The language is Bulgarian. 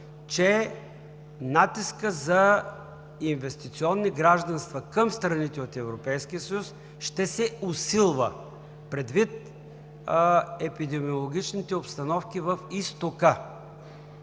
че натискът за инвестиционни гражданства към страните от Европейския съюз ще се усилва предвид епидемиологичните обстановки в Изтока.